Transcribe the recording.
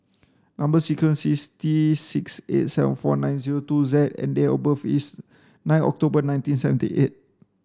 number sequence is T six eight seven four nine zero two Z and date of birth is nine October nineteen seventy eight